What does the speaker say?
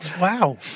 Wow